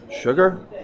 sugar